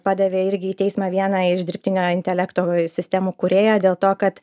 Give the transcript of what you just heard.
padavė irgi į teismą vieną iš dirbtinio intelekto sistemų kūrėją dėl to kad